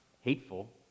hateful